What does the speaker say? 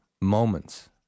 moments